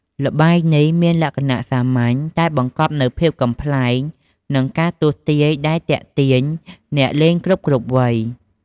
ល្បែងនេះមានលក្ខណៈសាមញ្ញ តែបង្កប់នូវភាពកំប្លែង និងការទស្សន៍ទាយដែលទាក់ទាញអ្នកលេងគ្រប់ៗវ័យ។